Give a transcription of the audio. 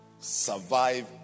Survive